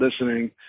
listening